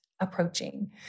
approaching